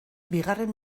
bigarren